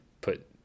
put